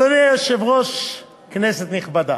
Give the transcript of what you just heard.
אדוני היושב-ראש, כנסת נכבדה,